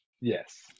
Yes